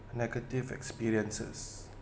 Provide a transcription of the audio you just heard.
negative experiences